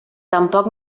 tampoc